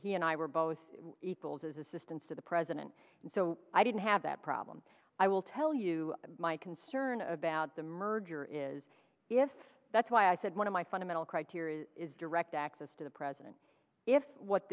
he and i were both his assistance to the president so i didn't have that problem i will tell you my concern about the merger is if that's why i said one of my fundamental criteria is direct access to the president if